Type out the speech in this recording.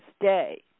day